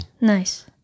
nice